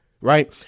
Right